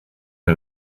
der